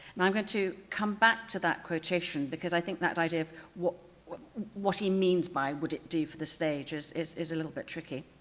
and i'm going to come back to that quotation because i think that idea of what what he means by would it do for the stages is is a little bit tricky.